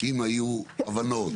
אם היו הבנות,